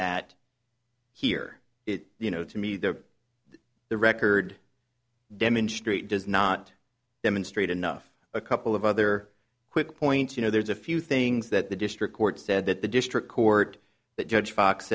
that here it you know to me that the record demonstrate does not demonstrate enough a couple of other quick points you know there's a few things that the district court said that the district court that judge fox